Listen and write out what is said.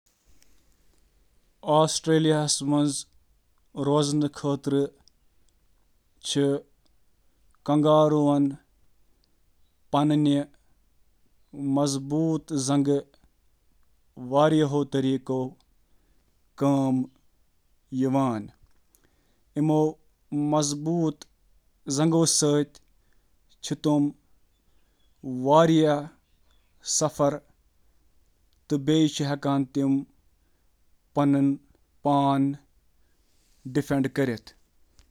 Kangaroo سٕنٛدۍ طاقتور پٔتمہِ زنٛگہٕ چھِ تِمن آسٹریلیاہَس منٛز واریٛاہ طریقو سۭتۍ زندٕ روزنَس منٛز مدد کران، یِمَن منٛز ہوپنگ، بچت توانائی، دفاع تہٕ استحکام شٲمِل چھِ۔